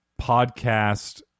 podcast